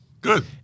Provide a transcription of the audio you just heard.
Good